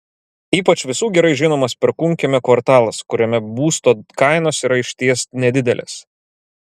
ypač visų gerai žinomas perkūnkiemio kvartalas kuriame būsto kainos yra išties nedidelės